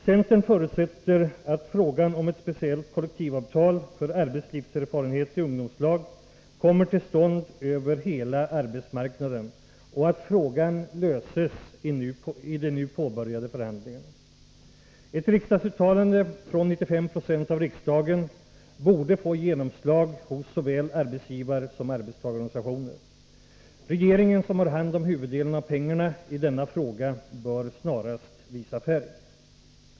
Centern förutsätter att ett speciellt kollektivavtal för arbetslivserfarenhet i ungdomslag kommer till stånd över hela arbetsmarknaden och att frågan löses i de nu påbörjade förhandlingarna. Ett riksdagsuttalande från 95 96 av riksdagen borde få genomslag hos såväl arbetsgivarsom arbetstagarorganisationer. Regeringen, som har hand om huvuddelen av pengarna i denna fråga, bör snarast visa färg.